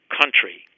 country